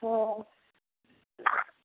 हाँ